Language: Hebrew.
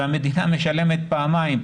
והמדינה משלמת פעמיים,